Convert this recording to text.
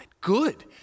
good